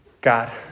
God